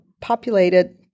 populated